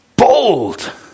bold